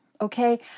Okay